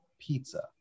pizza